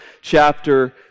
chapter